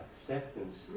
acceptance